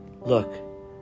Look